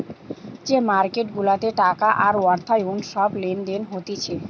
যে মার্কেট গুলাতে টাকা আর অর্থায়ন সব লেনদেন হতিছে